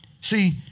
See